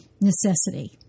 necessity